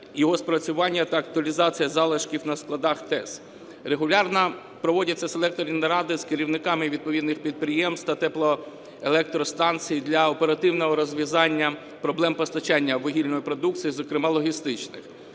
його спрацювання та актуалізація залишків на складах ТЕС. Регулярно проводяться селекторні наради з керівниками відповідних підприємств та теплоелектростанцій для оперативного розв'язання проблем постачання вугільної продукції, зокрема логістичних.